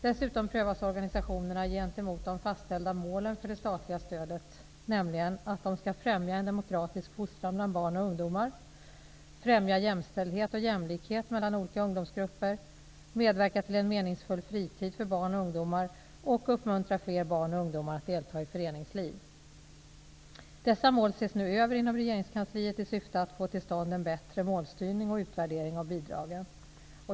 Dessutom prövas organisationerna gentemot de fastställda målen för det statliga stödet, nämligen att det skall --främja en demokratisk fostran bland barn och ungdomar, --främja jämställdhet och jämlikhet mellan olika ungdomsgrupper, --medverka till en meningsfull fritid för barn och ungdomar och --uppmuntra fler barn och ungdomar att delta i föreningsliv. Dessa mål ses nu över inom regeringskansliet i syfte att få till stånd en bättre målstyrning och utvärdering av bidragen.